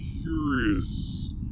curious